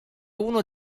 uno